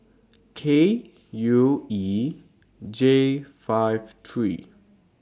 K U E J five three